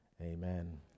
amen